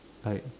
like